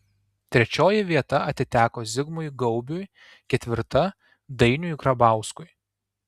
trečioji vieta atiteko zigmui gaubiui ketvirta dainiui grabauskui